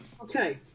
Okay